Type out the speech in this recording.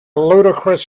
ludicrous